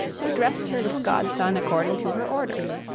who dressed her little godson according to her orders.